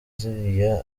ziriya